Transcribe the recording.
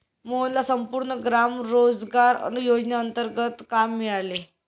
मोहनला संपूर्ण ग्राम रोजगार योजनेंतर्गत काम मिळाले